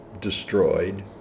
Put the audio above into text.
destroyed